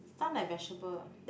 stun like vegetable